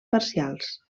parcials